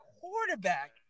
quarterback